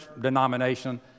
denomination